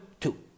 two